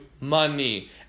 money